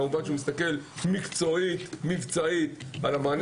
כמובן שהוא מסתכל מבחינה מקצועית ומבצעית על המענה